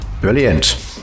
Brilliant